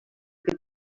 could